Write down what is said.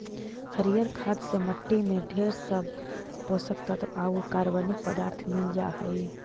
हरियर खाद से मट्टी में ढेर सब पोषक तत्व आउ कार्बनिक पदार्थ मिल जा हई